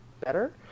better